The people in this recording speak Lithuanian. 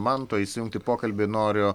manto įsijungt į pokalbį noriu